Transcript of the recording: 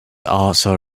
also